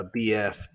BF